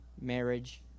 marriage